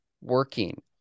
working